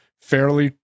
fairly